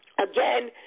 again